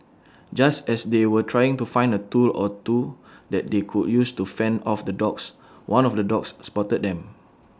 just as they were trying to find A tool or two that they could use to fend off the dogs one of the dogs spotted them